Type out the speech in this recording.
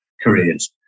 careers